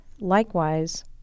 likewise